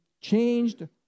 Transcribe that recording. changed